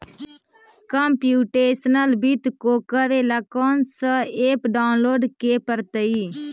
computational वित्त को करे ला कौन स ऐप डाउनलोड के परतई